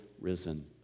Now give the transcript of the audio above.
risen